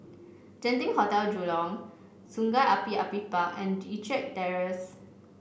Genting Hotel Jurong Sungei Api Api Park and EttricK Terrace